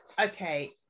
okay